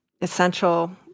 essential